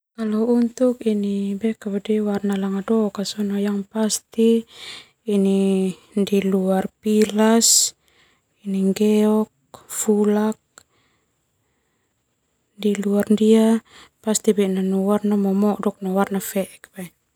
Warna langadok diluar pilas nggeok fulak diluar ndia Nanu warna momodok.